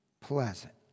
pleasant